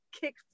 kick